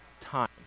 time